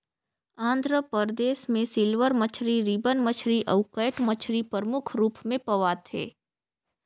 आंध्र परदेस में सिल्वर मछरी, रिबन मछरी अउ कैट मछरी परमुख रूप में पवाथे